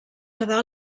quedà